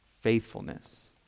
faithfulness